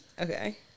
okay